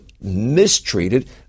mistreated